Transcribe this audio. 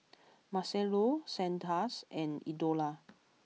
Marcello Sanders and Eldora